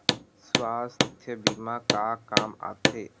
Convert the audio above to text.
सुवास्थ बीमा का काम आ थे?